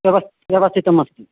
व्यवस्था व्यवस्थितम् अस्ति